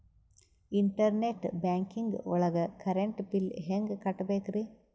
Internet banking ಒಳಗ್ current bill ಹೆಂಗ್ ಕಟ್ಟ್ ಬೇಕ್ರಿ?